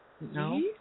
no